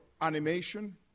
animation